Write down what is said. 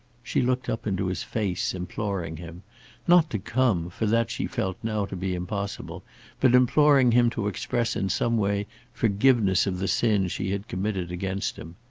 she looked up into his face imploring him not to come, for that she felt now to be impossible but imploring him to express in some way forgiveness of the sin she had committed against him.